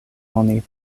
oni